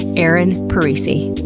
erin parisi.